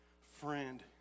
friend